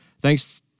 Thanks